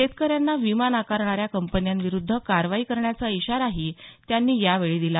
शेतकऱ्यांना विमा नाकारणाऱ्या कंपन्याविरूद्ध कारवाई करण्याचा इशाराही त्यांनी यावेळी बोलतांना दिला